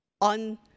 on